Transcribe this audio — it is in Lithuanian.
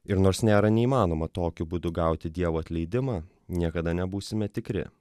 ir nors nėra neįmanoma tokiu būdu gauti dievo atleidimą niekada nebūsime tikri